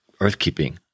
earthkeeping